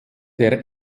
der